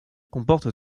comporte